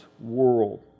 world